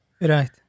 Right